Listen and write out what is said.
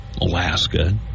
Alaska